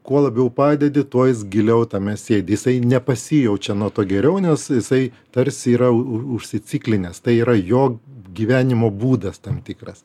kuo labiau padedi tuo jis giliau tame sėdi jisai nepasijaučia nuo to geriau nes jisai tarsi yra užsiciklinęs tai yra jo gyvenimo būdas tam tikras